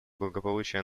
благополучие